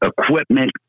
equipment